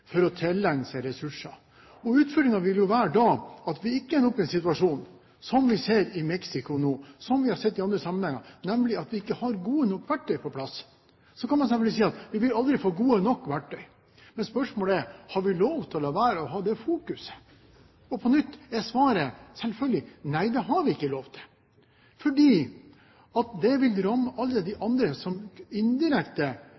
for å tilegne seg ressurser. Utfordringen vil jo da være at vi ikke ender opp i en situasjon som den vi ser i Mexico nå, og som vi har sett i andre sammenhenger, nemlig at vi ikke har gode nok verktøy på plass. Så kan man selvfølgelig si at man aldri vil få gode nok verktøy. Men spørsmålet er: Har vi lov til å la være å ha det fokuset? På nytt er svaret selvfølgelig: Nei, det har vi ikke lov til, fordi det vil ramme alle